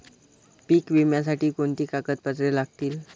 पीक विम्यासाठी कोणती कागदपत्रे लागतील?